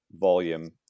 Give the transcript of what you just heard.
volume